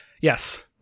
Yes